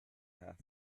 half